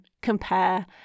compare